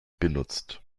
benutzt